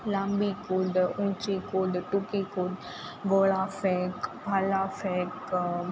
લાંબી કુંદ ઊંચી કુંદ ટૂંકી કુંદ ગોળા ફેંક ભાલા ફેંક